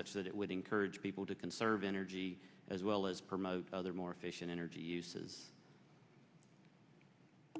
such that it would encourage people to conserve energy as well as promote other more efficient energy uses